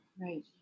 Right